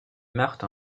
marthe